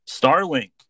Starlink